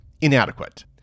inadequate